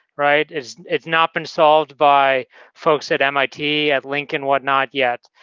right? it's it's not been solved by folks at mit, at lincoln, what not, yet.